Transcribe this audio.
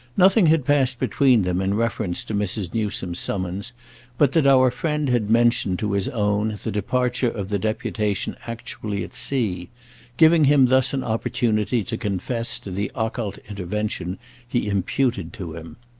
nothing had passed between them in reference to mrs. newsome's summons but that our friend had mentioned to his own the departure of the deputation actually at sea giving him thus an opportunity to confess to the occult intervention he imputed to him.